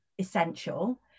essential